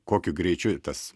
kokiu greičiu tas